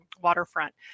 waterfront